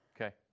Okay